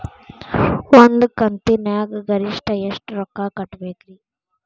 ಒಂದ್ ಕಂತಿನ್ಯಾಗ ಗರಿಷ್ಠ ಎಷ್ಟ ರೊಕ್ಕ ಕಟ್ಟಬೇಕ್ರಿ?